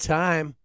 time